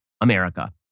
America